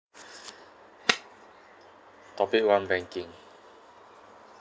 topic one banking